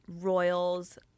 royals